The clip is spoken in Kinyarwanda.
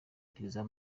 kiliziya